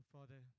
Father